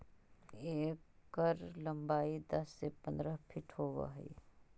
एकर लंबाई दस से पंद्रह फीट होब हई